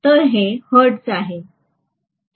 तर हे हर्ट्ज आहे